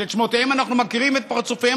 שאתם שמותיהם אנחנו מכירים ואת פרצופיהם